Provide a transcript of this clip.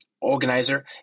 organizer